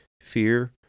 Fear